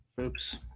Oops